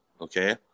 okay